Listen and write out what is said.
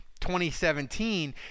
2017